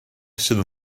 sydd